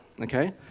Okay